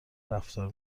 رفتار